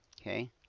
okay